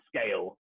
scale